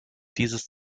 dieses